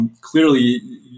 Clearly